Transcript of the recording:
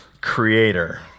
creator